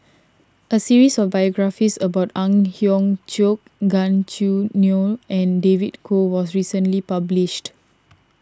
a series of biographies about Ang Hiong Chiok Gan Choo Neo and David Kwo was recently published